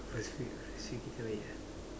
first few kita baik ah